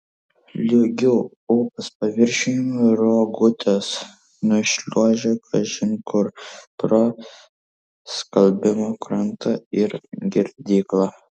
lygiu upės paviršium rogutės nušliuožia kažin kur pro skalbimo krantą ir girdyklą